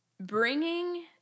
bringing